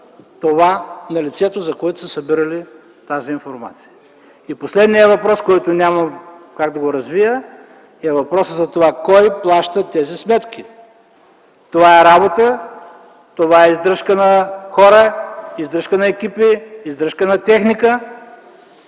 дава сигнал, че времето е изтекло.) Последният въпрос, който няма как да го развия, е въпросът за това кой плаща тези сметки. Това е работа, това е издръжка на хора, издръжка на екипи, издръжка на техника,